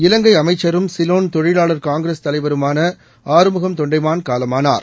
இலங்கை அமைச்சரும் சிலோன் தொழிலாளர் காங்கிரஸ் தலைவருமான ஆறுமுகன் தொண்டமான் காலமானார்